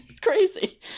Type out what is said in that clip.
Crazy